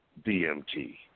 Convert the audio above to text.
DMT